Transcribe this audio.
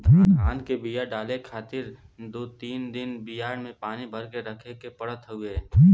धान के बिया डाले खातिर दू तीन दिन बियाड़ में पानी भर के रखे के पड़त हउवे